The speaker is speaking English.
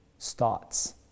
starts